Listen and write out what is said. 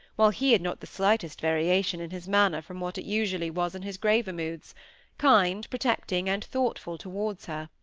while he had not the slightest variation in his manner from what it usually was in his graver moods kind, protecting, and thoughtful towards her.